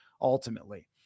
ultimately